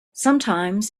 sometimes